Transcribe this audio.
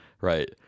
right